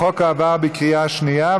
החוק עבר בקריאה שנייה.